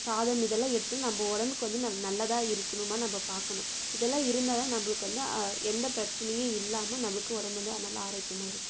சாதம் இதெல்லாம் எடுத்து நம்ம உடம்புக்கு வந்து நல்லதாக இருக்கணுமா நம்ம பாக்கணும் இதெல்லாம் இருந்தால் தான் நம்மளுக்கு வந்து எந்த பிரச்சனையும் இல்லாமல் நம்மளுக்கு உடம்பு வந்து நல்ல ஆரோக்கியமாக இருக்கும்